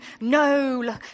No